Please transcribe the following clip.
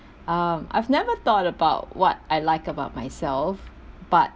um I've never thought about what I like about myself but